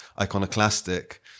iconoclastic